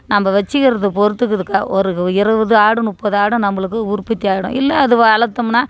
நம்ம வச்சுக்கிறது பொறுத்து இருக்கிதுக்கா ஒரு இருபது ஆடு முப்பது ஆடு நம்மளுக்கு உற்பத்தி ஆகிடும் இல்லை அது வளர்த்தம்னா